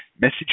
message